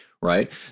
right